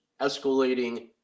escalating